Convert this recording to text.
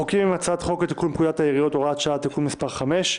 החוקים הם: הצעת חוק לתיקון פקודת העיריות (הוראת שעה) (תיקון מס' 5),